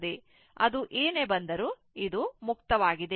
ಅದು ಏನೇ ಬಂದರೂ ಇದು ಮುಕ್ತವಾಗಿದೆ